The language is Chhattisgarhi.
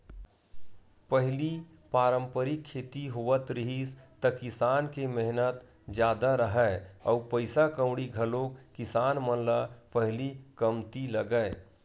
पहिली पारंपरिक खेती होवत रिहिस त किसान के मेहनत जादा राहय अउ पइसा कउड़ी घलोक किसान मन न पहिली कमती लगय